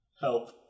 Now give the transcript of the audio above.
Help